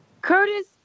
Curtis